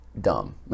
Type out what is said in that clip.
dumb